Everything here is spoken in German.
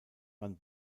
man